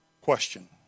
question